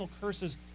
curses